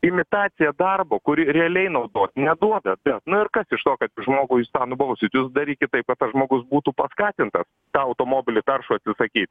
imitacija darbo kuri realiai naudos neduoda na ir kas iš to kad žmogų jūs tą nubausit jūs darykit taip kad tas žmogus būtų paskatintas tą automobilį taršų atsisakyt